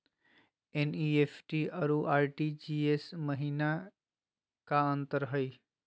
NEFT अरु RTGS महिना का अंतर हई?